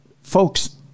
folks